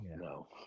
No